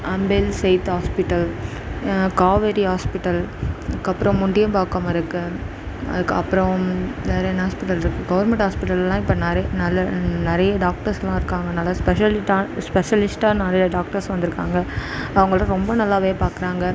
அம்பேல் சைத் hospital Kaveri hospital அதுக்கு அப்பறம் முண்டியபாக்கம் இருக்குது அதுக்கு அப்பறம் வேற என்ன ஹாஸ்பிடல் இருக்குது கவுர்மெண்ட் ஹாஸ்பிடல்லாம் இப்போது நிறைய நல்ல நிறைய டாக்டர்ஸ்லாம் இருக்காங்கள் நல்ல ஸ்பெஷலிட்டாக ஸ்பெஷலிட்டாக நிறைய டாக்டர்ஸ் வந்திருக்காங்க அவங்களாம் ரொம்ப நல்லாவே பார்க்குறாங்க